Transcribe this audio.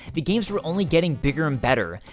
the games were only getting bigger and better.